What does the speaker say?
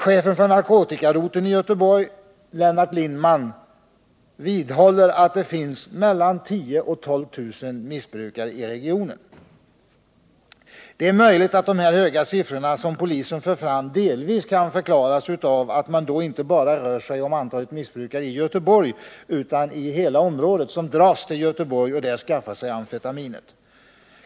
Chefen för narkotikaroteln i Göteborg, Lennart Lindman, framhåller att det finns mellan 10 000 och 12 000 missbrukare i regionen. Det är möjligt att de siffror som polisen för fram delvis kan förklaras av att man här inte bara har räknat med antalet missbrukare som är bosatta i Göteborg, utan att man inbegripit även de missbrukare inom Göteborgsområdet som dras dit för att där skaffa sig amfetaminet.